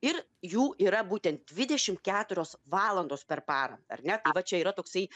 ir jų yra būtent dvidešim keturios valandos per parą ar ne va čia yra toksai